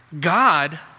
God